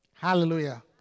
Hallelujah